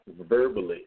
verbally